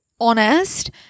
honest